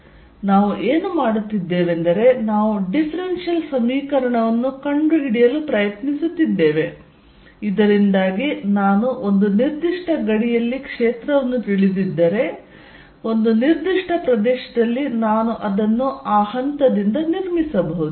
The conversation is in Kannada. ಆದ್ದರಿಂದ ನಾವು ಏನು ಮಾಡುತ್ತಿದ್ದೇವೆಂದರೆ ನಾವು ಡಿಫ್ರೆನ್ಷಿಯಲ್ ಸಮೀಕರಣವನ್ನು ಕಂಡುಹಿಡಿಯಲು ಪ್ರಯತ್ನಿಸುತ್ತಿದ್ದೇವೆ ಇದರಿಂದಾಗಿ ನಾನು ಒಂದು ನಿರ್ದಿಷ್ಟ ಗಡಿಯಲ್ಲಿ ಕ್ಷೇತ್ರವನ್ನು ತಿಳಿದಿದ್ದರೆ ಒಂದು ನಿರ್ದಿಷ್ಟ ಪ್ರದೇಶದಲ್ಲಿ ನಾನು ಅದನ್ನು ಆ ಹಂತದಿಂದ ನಿರ್ಮಿಸಬಹುದು